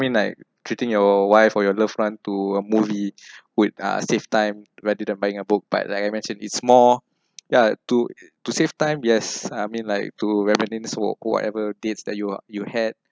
mean like treating your wife or your loved one to a movie with uh save time rather than buying a book but like I mentioned it's more yeah to to save time yes I mean like to reminisce who whoever dates that you were you had